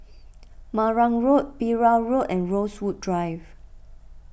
Marang Road Perahu Road and Rosewood Drive